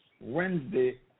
Wednesday